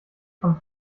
von